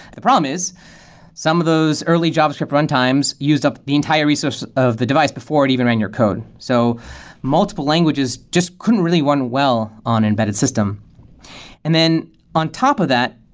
the problem is some of those early javascript runtimes used up the entire resource of the device before it even ran your code. so multiple multiple languages just couldn't really run well on embedded system and then on top of that,